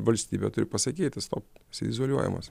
valstybė turi pasakyti stop jisai izoliuojamas